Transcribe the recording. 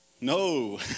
No